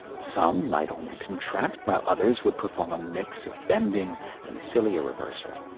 some might only contract, while others would perform a mix of bending and cilia-reversal.